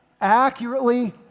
Accurately